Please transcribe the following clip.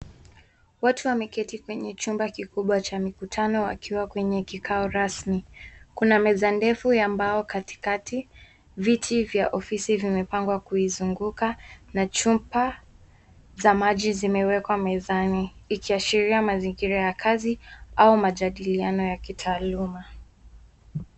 Watu wameketi kwenye chumba kikubwa cha mikutano wakiwa kwenye kikao rasmi. Kuna meza ndefu ya mbao katikati, viti vya ofisi vimepangwa kuizunguka na chupa za maji zimewekwa mezani ikiashiria mazingira ya kazi au majadiliano ya kitaaluma.